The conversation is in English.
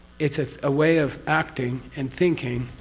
it's a ah way of acting, and thinking,